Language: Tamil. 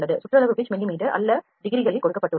சுற்றளவு pitch மிமீ அல்ல டிகிரிகளில் கொடுக்கப்பட்டுள்ளது